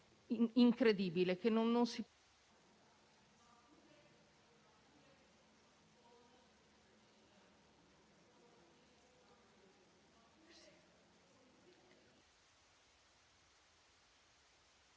incredibile, che non